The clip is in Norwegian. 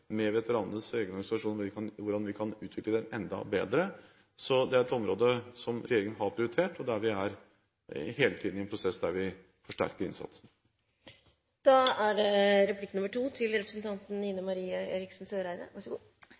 med Forsvaret og med veteranenes egne organisasjoner om hvordan vi kan utvikle det enda bedre. Dette er et område regjeringen har prioritert; vi er hele tiden i en prosess der vi forsterker innsatsen. Den handlingsplanen var jo nesten to år forsinket, og fremdeles er det